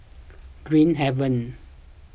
Green Haven